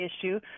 issue